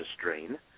strain